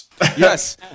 Yes